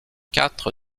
quatre